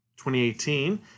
2018